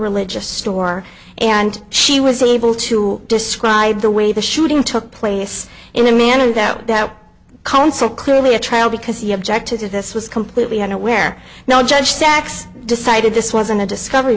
religious store and she was able to describe the way the shooting took place in a manner that without counsel clearly a trial because he objected to this was completely unaware now judge saks decided this wasn't a discovery